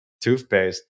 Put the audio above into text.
toothpaste